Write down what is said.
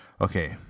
Okay